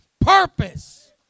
purpose